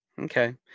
Okay